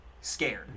scared